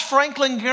Franklin